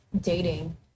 dating